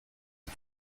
est